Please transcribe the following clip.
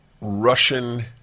Russian